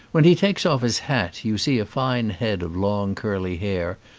when he takes off his hat you see a fine head of long curly hair,